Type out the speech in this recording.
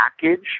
package